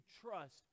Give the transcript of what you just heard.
trust